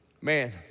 Man